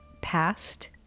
past